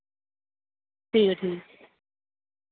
ठीक ऐ ठीक